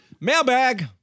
Mailbag